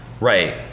Right